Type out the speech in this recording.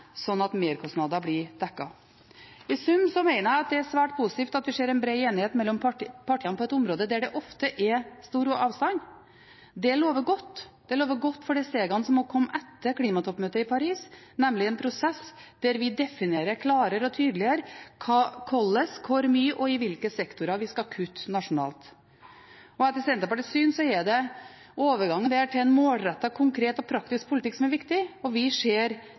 at merkostnader blir dekket. I sum mener jeg at det er svært positivt at man ser en bred enighet mellom partiene på et område der det ofte er stor avstand. Det lover godt. Det lover godt for de stegene som må komme etter klimatoppmøtet i Paris, nemlig en prosess der vi definerer klarere og tydeligere hvordan, hvor mye og i hvilke sektorer vi skal kutte nasjonalt. Etter Senterpartiets syn er det den overgangen til en målrettet konkret og praktisk politikk som er viktig, og vi ser